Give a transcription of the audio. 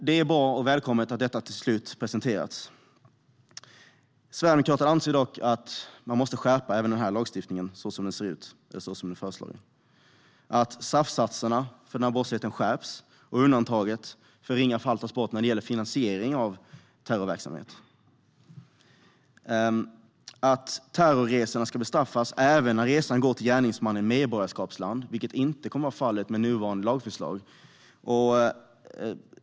Det är välkommet att detta till slut presenterats. Sverigedemokraterna anser dock att den föreslagna lagstiftningen ska skärpas. Straffsatserna för den här typen av brottslighet måste skärpas och undantaget för ringa fall tas bort när det gäller finansiering av terrorverksamhet. Vidare ska terrorresor bestraffas även när resan går till gärningsmannens medborgarskapsland, vilket inte kommer att vara fallet med nuvarande lagförslag.